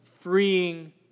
freeing